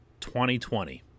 2020